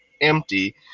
empty